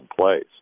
place